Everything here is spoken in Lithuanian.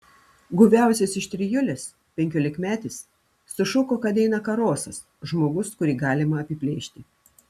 guviausias iš trijulės penkiolikmetis sušuko kad eina karosas žmogus kurį galima apiplėšti